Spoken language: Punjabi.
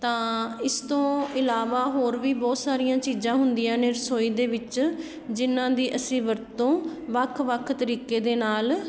ਤਾਂ ਇਸ ਤੋਂ ਇਲਾਵਾ ਹੋਰ ਵੀ ਬਹੁਤ ਸਾਰੀਆਂ ਚੀਜ਼ਾਂ ਹੁੰਦੀਆਂ ਨੇ ਰਸੋਈ ਦੇ ਵਿੱਚ ਜਿਨ੍ਹਾਂ ਦੀ ਅਸੀਂ ਵਰਤੋਂ ਵੱਖ ਵੱਖ ਤਰੀਕੇ ਦੇ ਨਾਲ